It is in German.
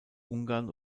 ungarn